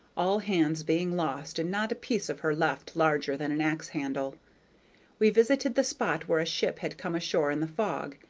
all hands being lost and not a piece of her left larger than an axe-handle we visited the spot where a ship had come ashore in the fog,